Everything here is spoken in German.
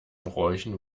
bräuchen